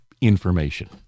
information